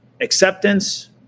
acceptance